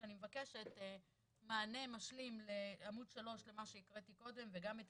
שאני מבקשת מענה משלים לעמוד 3 למה שהקראתי קודם וגם את